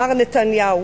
מר נתניהו.